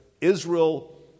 Israel